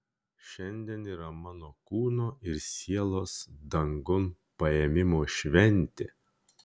šiandien yra mano kūno ir sielos dangun paėmimo šventė